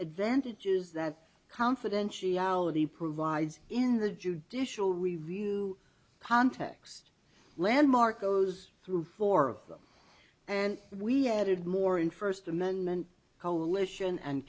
advantages that confidentiality provides in the judicial review context landmark goes through four of them and we added more in first amendment coalition and